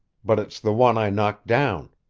but it's the one i knocked down.